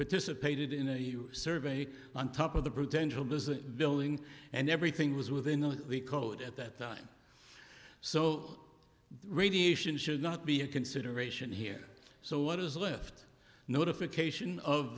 participated in a survey on top of the prudential the building and everything was within the code at that time so radiation should not be a consideration here so what is left notification of